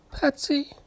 Patsy